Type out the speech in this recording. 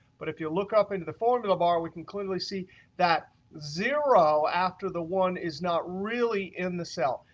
but if you look up into the formula bar, we can clearly see that zero after the one is not really in the cell.